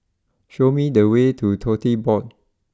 show me the way to Tote Board